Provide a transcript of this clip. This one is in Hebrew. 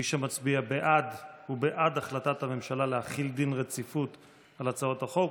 מי שמצביע בעד הוא בעד החלטת הממשלה להחיל דין רציפות על הצעות החוק,